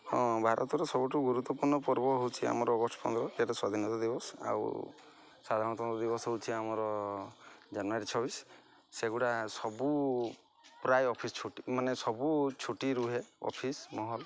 ହଁ ଭାରତର ସବୁଠୁ ଗୁରୁତ୍ୱପୂର୍ଣ୍ଣ ପର୍ବ ହେଉଛି ଆମର ଅଗଷ୍ଟ ପନ୍ଦର ଯେହେତୁ ସ୍ୱାଧୀନତା ଦିବସ ଆଉ ସାଧାରଣତନ୍ତ୍ର ଦିବସ ହେଉଛି ଆମର ଜାନୁଆରୀ ଛବିଶ ସେଗୁଡ଼ା ସବୁ ପ୍ରାୟ ଅଫିସ୍ ଛୁଟି ମାନେ ସବୁ ଛୁଟି ରୁହେ ଅଫିସ୍ ମହଲ